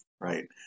Right